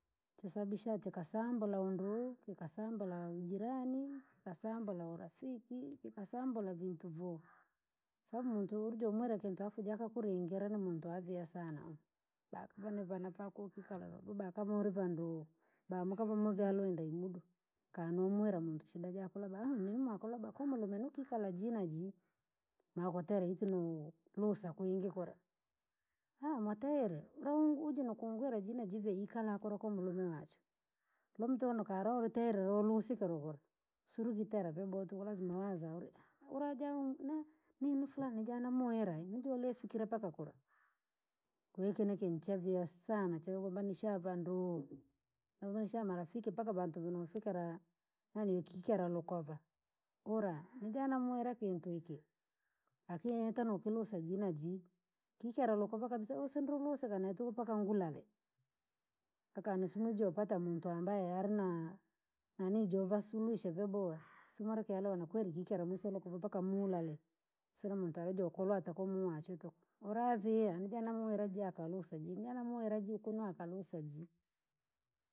Chasabisha chakasambula unduu chakasambula ujirani chakasambula urafiki chakasambula vintu vuu. Kwasabu mutu wajomuwira kintu alafu jiakuringirire ni mtu aviha sana uhu. Bakonivana vaku( hajaeleweka) bawakava wavyalwa inda imudu kani wamuwira muntu shida jaku labda ni ( hajaeleweka) cha mwateyire, ura ujire nokungwira ji naji vene tala kwa mutume wachu. Lwamtondo koniwariteyire rolusi kwa suintitera vyaboha tuku lazima waza uri ura ajaugwi nini nifulani najanamuwira ninjoli yafikie paka kunu. Kwa hiyo iki ni kintu chaviha sana chavagomba nisha vanduu chagombanisah marafiki paka vantu vendofikira hali yokikera kukova ura nijanamuwira kintu iki akini itotokilusa jinaju kikea kukova kabisa uhu sindiri lusika neye tuku paka ngulale hakanisimujire napata muntu ambaye ari na nanii jovasuluhisah vyoboha, simuri kelewana kweri kikera wise kukova paka muwulake kusina muntu ari jolwata kwamwiyachu tuku ura asiha nijanamy wira jii akalusa juu najanamuwira ji akulusa jii.